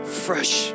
fresh